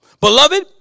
Beloved